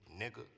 nigga